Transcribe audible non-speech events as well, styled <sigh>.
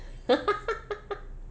<laughs>